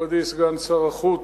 מכובדי סגן שר החוץ,